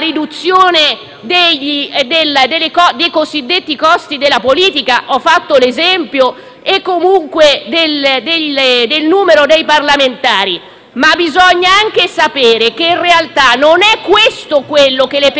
dei cosiddetti costi della politica (ho fatto l'esempio del numero dei consiglieri regionali); ma bisogna anche sapere che, in realtà, non è questo quello che le persone vogliono.